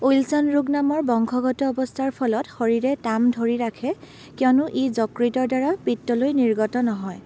Wilson ৰোগ নামৰ বংশগত অৱস্থাৰ ফলত শৰীৰে তাম ধৰি ৰাখে কিয়নো ই যকৃতৰদ্বাৰা পিত্তলৈ নিৰ্গত নহয়